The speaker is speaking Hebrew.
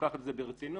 לוקחת את זה ברצינות.